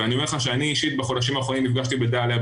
ואני אומר לך שאני אישית בחודשים האחרונים נפגשתי בדליה,